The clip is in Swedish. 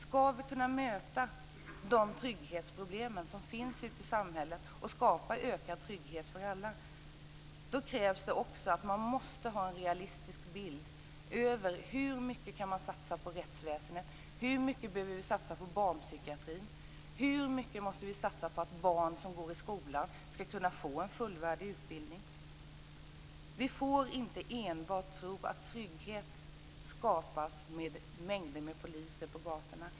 Ska vi kunna möta de trygghetsproblem som finns i samhället och skapa ökad trygghet för alla krävs det att vi har en realistisk bild av hur mycket vi kan satsa på rättsväsendet, av hur mycket vi behöver satsa på barnpsykiatrin, av hur mycket vi måste satsa på att barn som går i skolan får en fullvärdig utbildning. Vi får inte tro att trygghet enbart skapas genom mängder av poliser på gatorna.